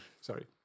sorry